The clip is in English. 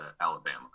Alabama